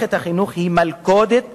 "מערכת החינוך היא מלכודת לעוני".